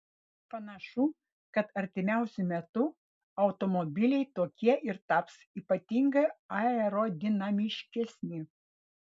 panašu kad artimiausiu metu automobiliai tokie ir taps ypatingai aerodinamiški